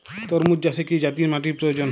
তরমুজ চাষে কি জাতীয় মাটির প্রয়োজন?